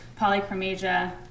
polychromasia